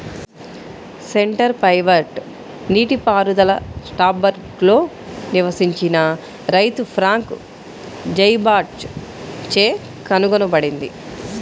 centre pivot నీటిపారుదల స్ట్రాస్బర్గ్లో నివసించిన రైతు ఫ్రాంక్ జైబాచ్ చే కనుగొనబడింది